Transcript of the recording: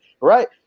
right